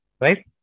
right